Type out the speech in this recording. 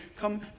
Come